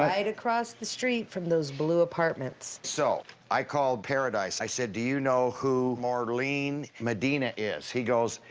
right across the street from those blue apartments. so i called paradise. i said, do you know who maurlene medina is? he goes,